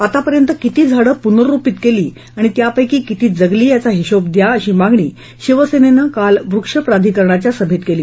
आतापर्यंत किती झाडे प्नरोपित केली आणि त्यापैकी किती जगली याचा हिशेब द्या अशी मागणी शिवसेनेन काल वृक्ष प्राधिकरणाच्या सभेत केली